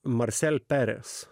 marsel peres